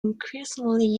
increasingly